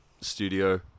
studio